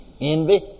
Envy